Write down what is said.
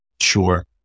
sure